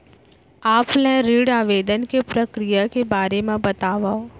Offline ऋण आवेदन के प्रक्रिया के बारे म बतावव?